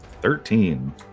Thirteen